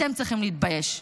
אתם צריכים להתבייש.